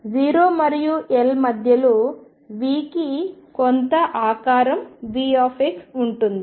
0 మరియు L మధ్యలో V కి కొంత ఆకారం V ఉంటుంది